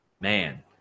Man